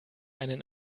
einen